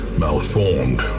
malformed